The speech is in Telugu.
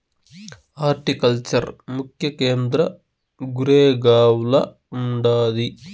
హార్టికల్చర్ ముఖ్య కేంద్రం గురేగావ్ల ఉండాది